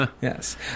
Yes